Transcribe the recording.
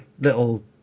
little